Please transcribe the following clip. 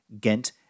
Ghent